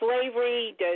slavery